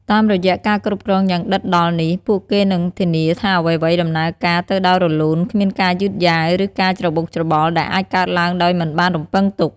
តាមរយៈការគ្រប់គ្រងយ៉ាងដិតដល់នេះ ពួកគេនឹងធានាថាអ្វីៗដំណើរការទៅដោយរលូន គ្មានការយឺតយ៉ាវ ឬការច្របូកច្របល់ ដែលអាចកើតឡើងដោយមិនបានរំពឹងទុក។